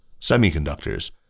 semiconductors